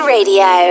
Radio